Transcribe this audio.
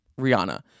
Rihanna